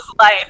life